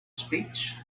speech